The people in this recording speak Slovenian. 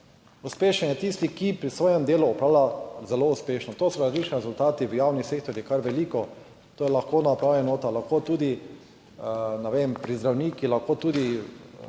Uspešen je tisti, ki pri svojem delu opravlja zelo uspešno, to so različni rezultati v javnih sektorjih, kar veliko. To je lahko na upravnih enotah, lahko tudi, ne vem, pri zdravnikih, lahko tudi